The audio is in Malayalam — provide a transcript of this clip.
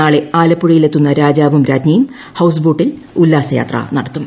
നാളെ ആലപ്പുഴയിലെത്തുന്ന രാജാവും രാജ്ഞിയും ഹൌസ്ബോട്ടിൽ ഉല്പാസയാത്ര നടത്തും